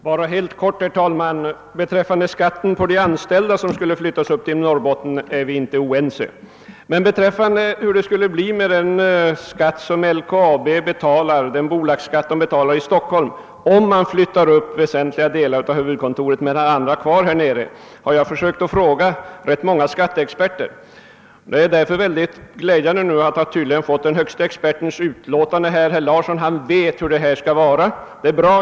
Herr talman! Jag skall fatta mig mycket kort. Vad gäller skatten för de anställda, om företaget flyttar sitt huvudkontor till Norrbotten, är vi inte oense. Men frågan hur det skall bli med bolagsskatten, som LKAB nu betalar i Stockholm, därest huvudkontoret till väsentliga delar flyttas till Norrbotten och övriga delar är kvar i Stockholm har jag frågat ganska många skatteexperter om. Därför är det mycket glädjande att nu ha fått höra den tydligen högste expertens utlåtande. Herr Larsson i Umeå vet hur det skall vara. Det är bra.